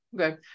Okay